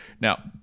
now